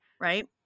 right